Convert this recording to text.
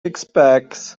expects